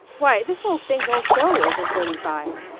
why, this old thing won't go over thirty-five.